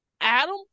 Adam